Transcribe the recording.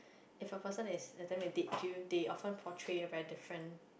if a person is attempt to date you they often portray a very different